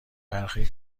برخی